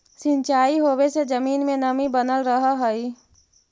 सिंचाई होवे से जमीन में नमी बनल रहऽ हइ